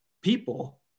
people